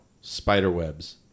Spiderwebs